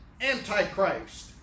antichrist